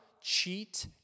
cheat